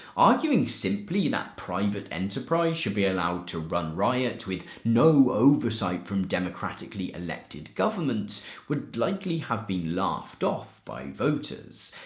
arguing simply that private enterprise should be allowed to run riot with no oversight from democratically-elected governments would likely have been laughed off by voters.